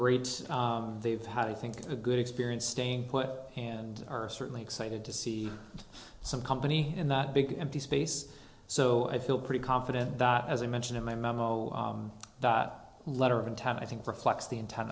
great they've had a think a good experience staying put and are certainly excited to see some company in that big empty space so i feel pretty confident that as i mentioned in my memo that letter of untap i think reflects the intent